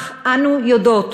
אך אנו יודעות